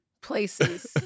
places